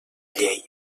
llei